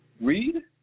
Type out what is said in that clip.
Read